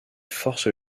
force